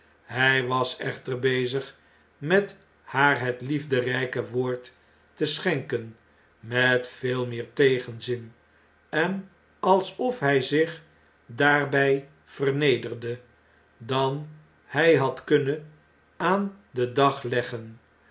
hjj was echter bezig met haar het liefderpe woord te schenken met veel meer tegenzin en alsof hy zich daarby vernederde dan hy had kunnen aan den dag leggen